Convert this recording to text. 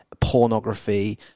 pornography